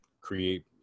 create